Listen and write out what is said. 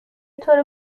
طور